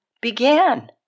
began